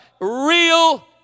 real